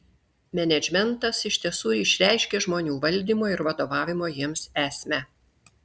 menedžmentas iš tiesų išreiškia žmonių valdymo ir vadovavimo jiems esmę